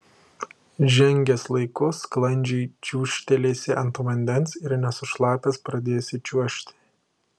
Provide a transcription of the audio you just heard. žengęs laiku sklandžiai čiūžtelėsi ant vandens ir nesušlapęs pradėsi čiuožti